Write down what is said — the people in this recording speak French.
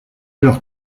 leurs